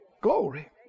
Glory